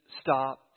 stop